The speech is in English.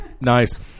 Nice